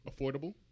affordable